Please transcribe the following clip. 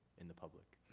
in the public?